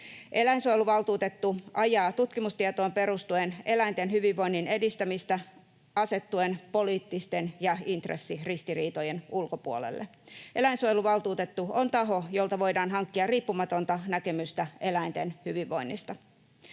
Eläinsuojeluvaltuutettu ajaa tutkimustietoon perustuen eläinten hyvinvoinnin edistämistä asettuen poliittisten ja intressiristiriitojen ulkopuolelle. Eläinsuojeluvaltuutettu on taho, jolta voidaan hankkia riippumatonta näkemystä eläinten hyvinvoinnista.